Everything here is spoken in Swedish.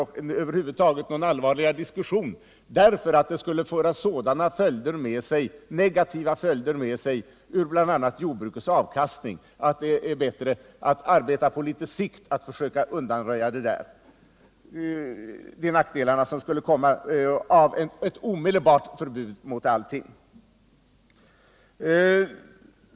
Man vågar över huvud taget inte ge sig in i någon sådan allvarlig diskussion, därför att det skulle få sådana negativa följder för bl.a. jordbrukets avkastning att det vore bättre att arbeta på litet längre sikt när det gäller att undanröja nackdelarna än att införa ett omedelbart förbud mot allting.